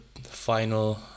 final